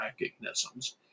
mechanisms